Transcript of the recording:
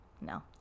No